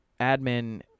admin